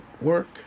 work